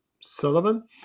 sullivan